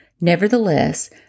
Nevertheless